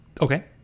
Okay